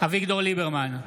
אביגדור ליברמן,